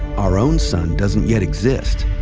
our own sun doesn't yet exist.